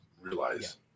realize